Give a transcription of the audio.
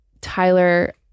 Tyler